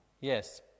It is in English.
Yes